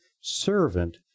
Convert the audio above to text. servant